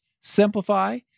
simplify